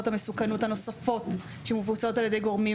המסוכנות הנוספות שמבוצעות על ידי גורמים